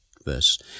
verse